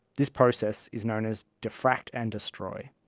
this process is known as diffract and destroy.